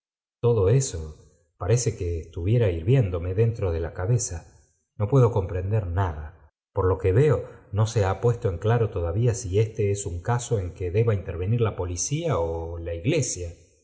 todo eso parece que estuviera hirviéndome dentro de la cabeza no puedo comprender nada por lo que veo no se ha puesto en claro todavía si éste es un caso en que deba intervenir la policía ó la iglesia